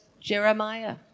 Jeremiah